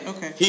Okay